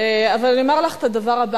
אני אוסיף לה.